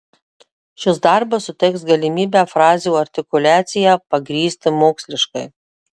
šis darbas suteiks galimybę frazių artikuliaciją pagrįsti moksliškai